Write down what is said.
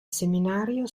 seminario